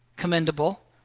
Commendable